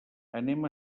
anem